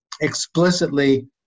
explicitly